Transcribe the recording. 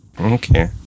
Okay